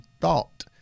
thought